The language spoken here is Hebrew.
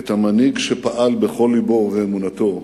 את המנהיג שפעל בכל לבו ואמונתו